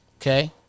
Okay